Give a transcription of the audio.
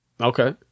Okay